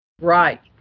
Right